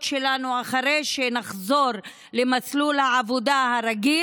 שלנו אחרי שנחזור למסלול העבודה הרגיל,